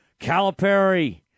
Calipari –